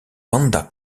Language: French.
wanda